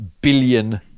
billion